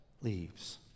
leaves